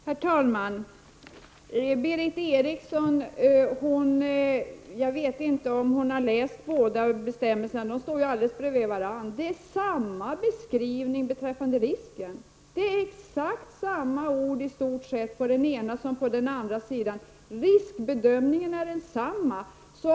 Herr talman! Jag vet inte om Berith Eriksson har läst båda bestämmelserna, men där finns samma beskrivning av riskbedömningen — det är i stort sett exakt samma ord.